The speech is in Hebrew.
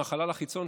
מהחלל החיצון,